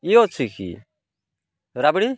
ଇଏ ଅଛି କି ରାବଡ଼ି